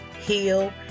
heal